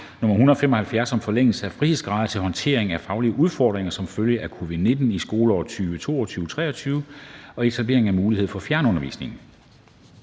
(Forlængelse af frihedsgrader til håndtering af faglige udfordringer som følge af covid-19 i skoleåret 2022/23 og etablering af mulighed for fjernundervisning)).